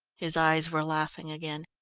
his eyes were laughing again.